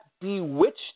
bewitched